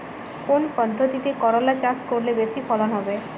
কোন পদ্ধতিতে করলা চাষ করলে বেশি ফলন হবে?